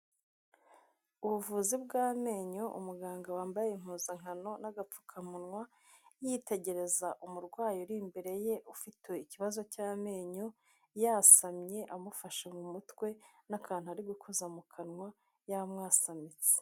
Ubuvuzi bw'amenyo, umuganga wambaye impuzankano n'agapfukamunwa, yitegereza umurwayi uri imbere ye ufite ikibazo cy'amenyo, yasamye amufashe mu mutwe n'akantu ari gukoza mu kanwa yamwasamitse.